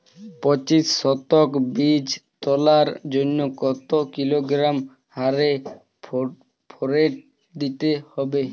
পঁচিশ শতক বীজ তলার জন্য কত কিলোগ্রাম হারে ফোরেট দিতে হবে?